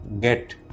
get